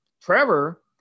Trevor